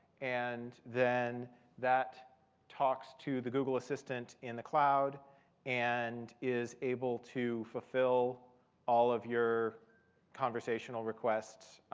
and then that talks to the google assistant in the cloud and is able to fulfill all of your conversational requests